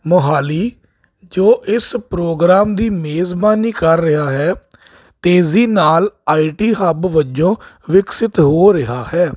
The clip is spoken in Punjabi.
ਮੋਹਾਲੀ ਜੋ ਇਸ ਪ੍ਰੋਗਰਾਮ ਦੀ ਮੇਜ਼ਬਾਨੀ ਕਰ ਰਿਹਾ ਹੈ ਤੇਜ਼ੀ ਨਾਲ ਆਈਟੀ ਹੱਬ ਵਜੋਂ ਵਿਕਸਿਤ ਹੋ ਰਿਹਾ ਹੈ